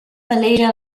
malaysia